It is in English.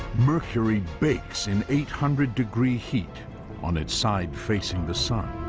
mercury bakes in eight hundred degree heat on its side facing the sun,